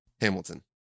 Hamilton